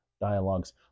Dialogues